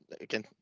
again